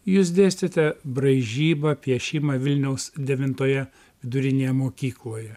jūs dėstėte braižybą piešimą vilniaus devintoje vidurinėje mokykloje